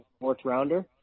fourth-rounder